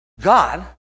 God